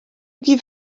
give